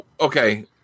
Okay